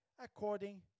according